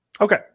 Okay